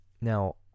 Now